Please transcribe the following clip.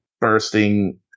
bursting